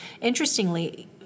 Interestingly